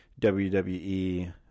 WWE